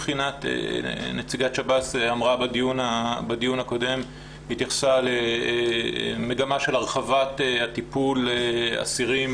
נציגת שירות בתי הסוהר התייחסה בדיון הקודם למגמה של הרחבת הטיפול באסירים